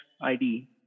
ID